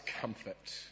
comfort